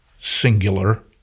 singular